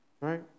Right